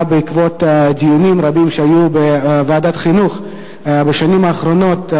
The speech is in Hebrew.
באה בעקבות דיונים רבים שהיו בוועדת החינוך בשנים האחרונות,